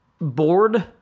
bored